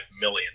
million